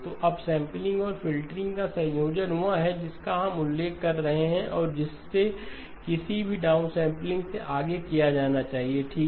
तो अपसम्पलिंग और फ़िल्टरिंग का संयोजन वह है जिसका हम उल्लेख कर रहे हैं और जिसे किसी भी डाउनसैंपलिंग से आगे किया जाना चाहिए ठीक